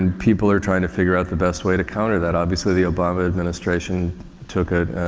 and people are trying to figure out the best way to counter that. obviously, the obama administration took a,